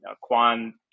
Kwan